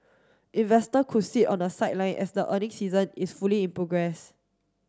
investor could sit on the sideline as the earning season is fully in progress